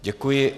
Děkuji.